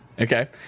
okay